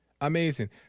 amazing